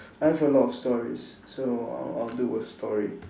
I have a lot of stories so I'll I'll do a story